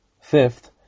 Fifth